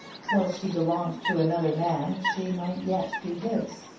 till she belonged to another man she might yet be his.